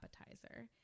appetizer